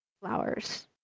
flowers